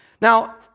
Now